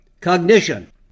cognition